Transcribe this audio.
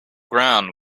ground